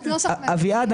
אביעד,